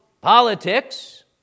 politics